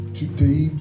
today